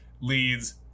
leads